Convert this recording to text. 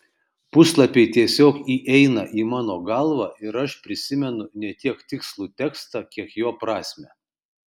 puslapiai tiesiog įeina į mano galvą ir aš prisimenu ne tiek tikslų tekstą kiek jo prasmę